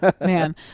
man